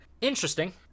Interesting